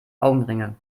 augenringe